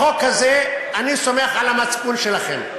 בחוק הזה, אני סומך על המצפון שלכם.